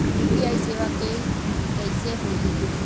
UPI सेवा के कइसे होही?